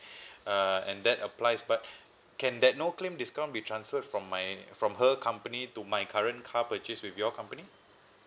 uh and that applies but can that no claim discount be transferred from my from her company to my current car purchase with your company